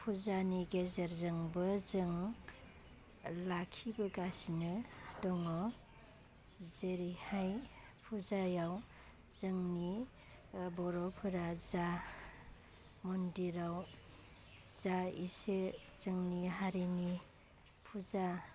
पुजानि गेजेरजोंबो जों लाखि बोगासिनो दङ जेरैहाय फुजायाव जोंनि बर' फोरा जा मन्दिराव जा एसे जोंनि हारिनि फुजा